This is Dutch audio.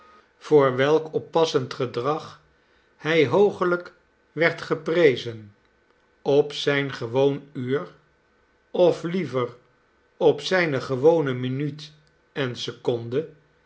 voor welk oppassend gedrag hij hoogelijk werd geprezen op zijn gewoon uur of hever op zijne gewone minuut en seconde